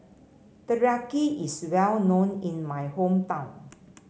teriyaki is well known in my hometown